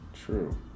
True